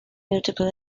multiple